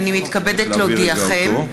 הינני מתכבדת להודיעכם,